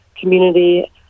community